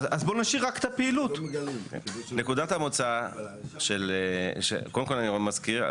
קודם כל אני מזכיר,